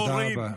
תודה רבה.